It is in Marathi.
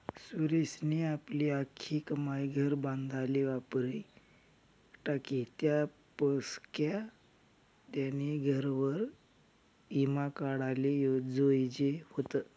सुरेशनी आपली आख्खी कमाई घर बांधाले वापरी टाकी, त्यानापक्सा त्यानी घरवर ईमा काढाले जोयजे व्हता